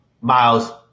Miles